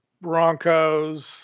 Broncos